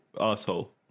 asshole